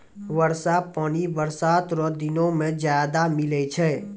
वर्षा पानी बरसात रो दिनो मे ज्यादा मिलै छै